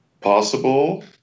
possible